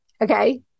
okay